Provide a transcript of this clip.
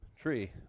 Tree